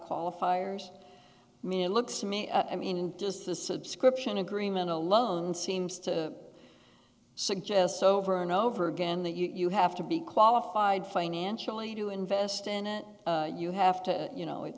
qualifiers i mean it looks to me i mean does the subscription agreement alone seems to suggest so over and over again that you have to be qualified financially to invest in it you have to you know it